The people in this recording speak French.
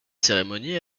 cérémonie